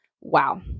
Wow